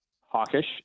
hawkish